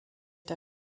der